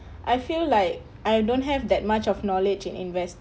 I feel like I don't have that much of knowledge in invest